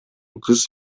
кыз